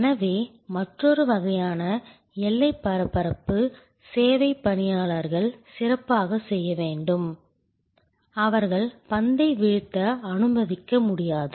எனவே மற்றொரு வகையான எல்லைப் பரப்பு சேவை பணியாளர்கள் சிறப்பாகச் செய்ய வேண்டும் அவர்கள் பந்தை வீழ்த்த அனுமதிக்க முடியாது